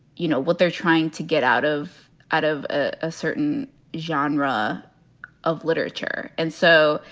you know what, they're trying to get out of out of a certain genre of literature. and so,